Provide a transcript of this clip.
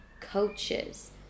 coaches